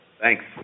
Thanks